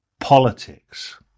politics